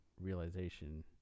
realization